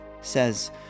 says